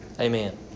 Amen